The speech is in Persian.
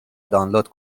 دانلود